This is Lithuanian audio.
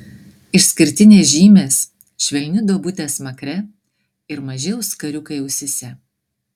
išskirtinės žymės švelni duobutė smakre ir maži auskariukai ausyse